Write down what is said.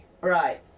Right